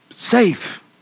safe